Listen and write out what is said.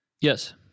Yes